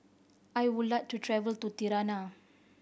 I would like to travel to Tirana